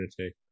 take